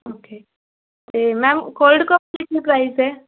okay ਅਤੇ ma'am cold coffee ਕੀ price ਹੈ